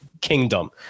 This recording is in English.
kingdom